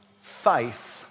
faith